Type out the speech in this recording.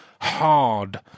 hard